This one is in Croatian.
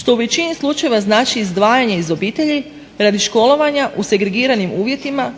što u većini slučajeva znači izdvajanje iz obitelji radi školovanja u segregiranim uvjetima